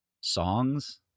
songs